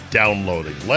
downloading